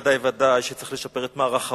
ודאי וודאי שצריך לשפר את מערך ההוראה,